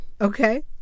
okay